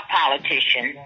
politician